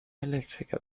elektriker